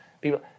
people